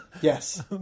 Yes